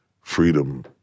freedom